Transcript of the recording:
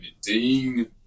Ding